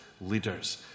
leaders